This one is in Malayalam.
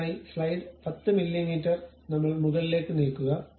അതിനാൽ സ്ലൈസ് 10 മില്ലീമീറ്റർ നമ്മൾ മുകളിലേയ്ക്ക് നീക്കുക